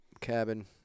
cabin